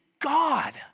God